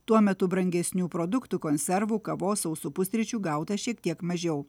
tuo metu brangesnių produktų konservų kavos sausų pusryčių gauta šiek tiek mažiau